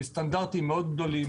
עם סטנדרטים מאוד גדולים.